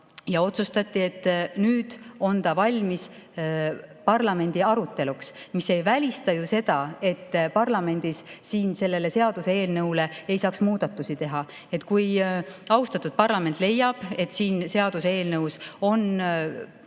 Ja otsustati, et nüüd on ta valmis parlamendi aruteluks, mis ei välista ju seda, et parlamendis selle seaduseelnõu kohta muudatusi tehakse. Kui austatud parlament leiab, et siin seaduseelnõus on